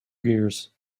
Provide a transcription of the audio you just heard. gears